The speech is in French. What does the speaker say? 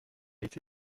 été